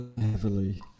heavily